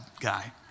guy